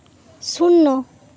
শূন্য